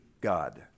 God